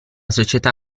società